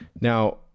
Now